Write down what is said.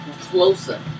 closer